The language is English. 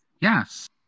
Yes